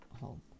home